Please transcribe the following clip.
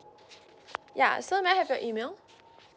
ya so may I have your email